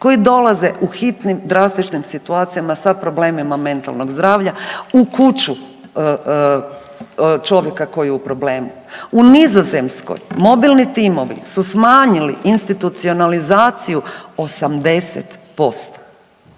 koji dolaze u hitnim drastičnim situacijama sa problemima mentalnog zdravlja u kuću čovjeka koji je u problemu. U Nizozemskoj mobilni timovi su smanjili institucionalizaciju 80%,